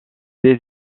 des